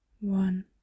one